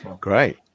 Great